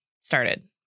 started